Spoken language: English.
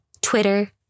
Twitter